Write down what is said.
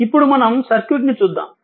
ఇప్పుడు మనం సర్క్యూట్ ని చూద్దాము